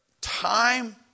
time